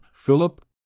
Philip